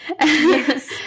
yes